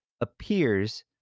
appears